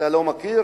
אתה לא מכיר?